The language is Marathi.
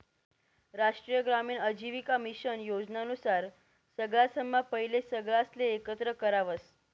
राष्ट्रीय ग्रामीण आजीविका मिशन योजना नुसार सगळासम्हा पहिले सगळासले एकत्र करावस